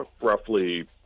roughly